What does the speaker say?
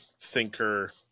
thinker